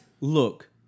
look